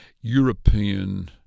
European